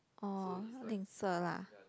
oh 吝啬 lah